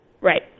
Right